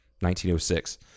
1906